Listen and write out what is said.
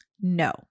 No